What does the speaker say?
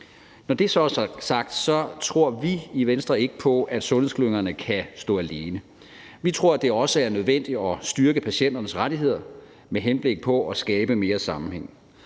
Når det så er sagt, tror vi i Venstre ikke på, at sundhedsklyngerne kan stå alene. Vi tror, at det også er nødvendigt at styrke patienternes rettigheder med henblik på at skabe mere sammenhæng,